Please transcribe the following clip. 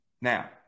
Now